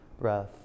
breath